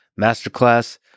Masterclass